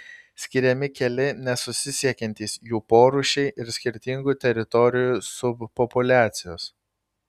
skiriami keli nesusisiekiantys jų porūšiai ir skirtingų teritorijų subpopuliacijos